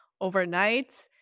overnight